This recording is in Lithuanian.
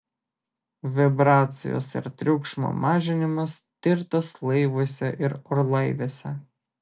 vibracijos ir triukšmo mažinimas tirtas laivuose ir orlaiviuose